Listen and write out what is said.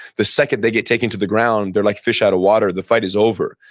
the second they get taken to the ground, they're like fish out of water, the fight is over.